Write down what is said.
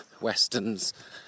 westerns